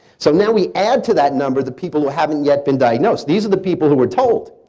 so now we add to that number the people who haven't yet been diagnosed. these are the people who were told.